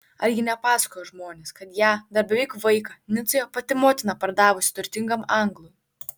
argi nepasakojo žmonės kad ją dar beveik vaiką nicoje pati motina pardavusi turtingam anglui